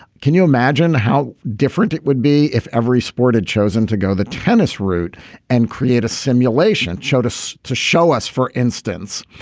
can you imagine how different it would be if every sport had chosen to go the tennis route and create a simulation, showed us to show us, for instance,